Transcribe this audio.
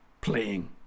Playing